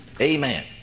Amen